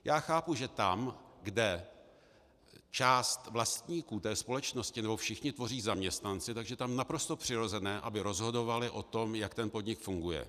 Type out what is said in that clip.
Já chápu, že tam, kde část vlastníků té společnosti nebo všichni tvoří zaměstnanci, že tam je naprosto přirozené, aby rozhodovali o tom, jak ten podnik funguje.